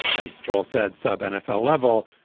as joel said, sub nfl level.